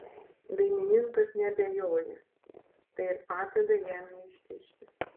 dainininkas neabejoja tai ir padeda jam neištižti